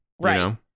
Right